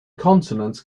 consonants